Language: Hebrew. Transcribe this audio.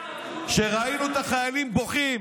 כשראינו את החיילים בוכים